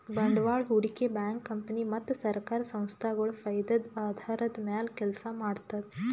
ಬಂಡವಾಳ್ ಹೂಡಿಕೆ bank company ಮತ್ತ್ ಸರ್ಕಾರ್ ಸಂಸ್ಥಾಗೊಳ್ ಫೈದದ್ದ್ ಆಧಾರದ್ದ್ ಮ್ಯಾಲ್ ಕೆಲಸ ಮಾಡ್ತದ್